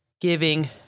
giving